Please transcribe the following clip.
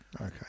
Okay